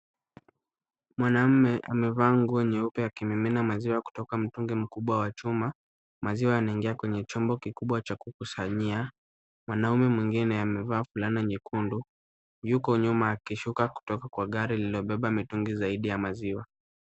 Mwanamme amevaa nguo nyeupe akimimina maziwa kutoka mtungi mkubwa wa chuma maziwa yanaingia kwenye chombo kikubwa Cha kukusanyia. Mwanaume mwingine amevaa fulana nyekundu yuko nyuma akishuka kutoka kwenye gari lililobeba mitungi zaidi ya maziwa.